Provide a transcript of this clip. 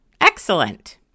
Excellent